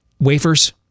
wafers